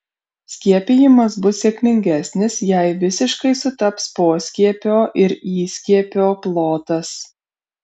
skiepijimas bus sėkmingesnis jei visiškai sutaps poskiepio ir įskiepio plotas